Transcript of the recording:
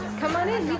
come on in,